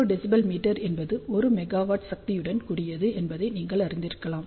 0 dBm என்பது 1 megawatt சக்தியுடன் கூடியது என்பதை நீங்கள் அறிந்திருக்கலாம்